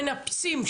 מנפצים,